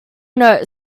note